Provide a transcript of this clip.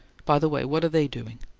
by the way, what are they doing?